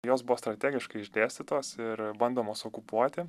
jos buvo strategiškai išdėstytos ir bandomos okupuoti